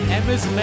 Emma's